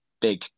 big